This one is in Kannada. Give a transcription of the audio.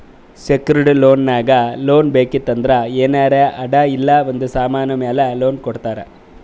ಸೆಕ್ಯೂರ್ಡ್ ಲೋನ್ ನಾಗ್ ಲೋನ್ ಬೇಕಿತ್ತು ಅಂದ್ರ ಏನಾರೇ ಅಡಾ ಇಲ್ಲ ಒಂದ್ ಸಮಾನ್ ಮ್ಯಾಲ ಲೋನ್ ಕೊಡ್ತಾರ್